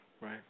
Right